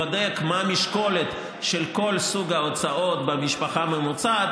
בודק מה המשקולת של כל סוג הוצאה במשפחה ממוצעת